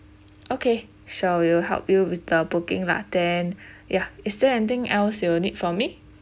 okay sure we will help you with the booking lah then ya is there anything else you'll need from me